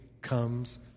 comes